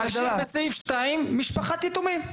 נשאיר בסעיף 2 משפחת יתומים.